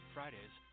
Fridays